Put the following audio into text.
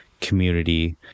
community